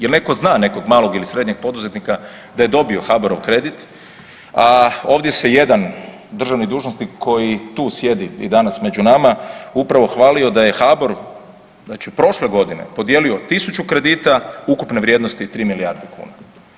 Jel netko zna nekog malog ili srednjeg poduzetnika da je dobio HBOR-ov kredit, a ovdje se jedan državni dužnosnik koji tu sjedi i danas među nama upravo hvalio da je HBOR znači prošle godine podijelio 1000 kredita ukupne vrijednosti 3 milijarde kuna.